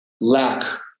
lack